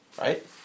Right